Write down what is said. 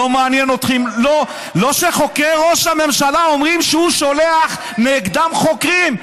לא מעניין אתכם שחוקרי ראש הממשלה אומרים שהוא שולח נגדם חוקרים.